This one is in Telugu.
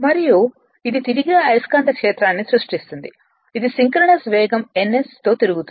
మరియు ఇది తిరిగే అయస్కాంత క్షేత్రాన్ని సృష్టిస్తుంది ఇది సింక్రోనస్ వేగంతో ns తో తిరుగుతుంది